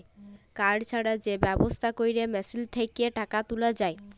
card ছাড়া যে ব্যবস্থা ক্যরে মেশিল থ্যাকে টাকা তুলা যায়